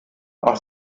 auch